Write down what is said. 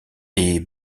est